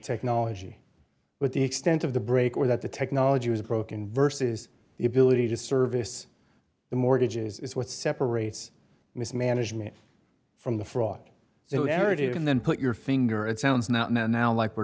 technology but the extent of the break or that the technology was broken versus the ability to service the mortgage is what separates mismanagement from the fraud so every day you can then put your finger it sounds not now now like we're